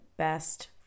best